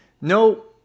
No